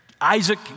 Isaac